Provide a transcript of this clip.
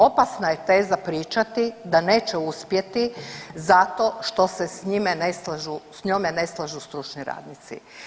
Opasna je teza pričati da neće uspjeti zato što se s njime ne slažu, s njome ne slažu stručni radnici.